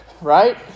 right